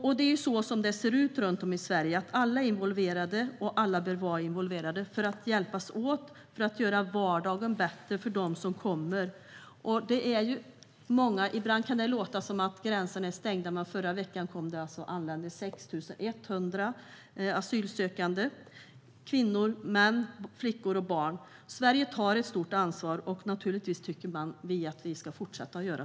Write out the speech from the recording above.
Och det är så det ser ut runt om i Sverige: Alla är och bör vara involverade för att hjälpas åt för att göra vardagen bättre för dem som kommer. Ibland kan det låta som om gränserna är stängda, men i förra veckan anlände 6 100 asylsökande - kvinnor, män, flickor och pojkar. Sverige tar ett stort ansvar, och det tycker vi naturligtvis att vi ska fortsätta att göra.